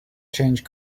change